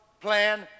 plan